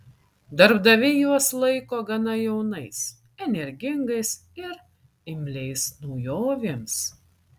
darbdaviai juos laiko gana jaunais energingais ir imliais naujovėms